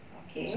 okay